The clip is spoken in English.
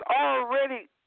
already